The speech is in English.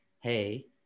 hey